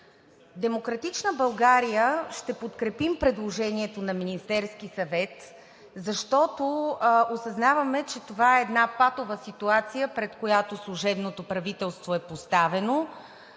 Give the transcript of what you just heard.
„Демократична България“ ще подкрепим предложението на Министерския съвет, защото осъзнаваме, че това е една патова ситуация, пред която служебното правителство е поставено,